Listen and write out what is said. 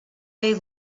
they